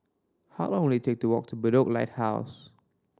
how long will it take to walk to Bedok Lighthouse